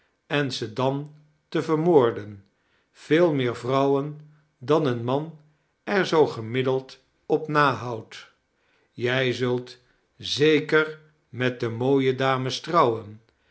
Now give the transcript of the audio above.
en ze dan te vermoorden veel meer vrouwen dan een man er zoo gemiddeld op na houdt jij zult zeker met de mooie dames trouwen